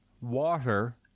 Water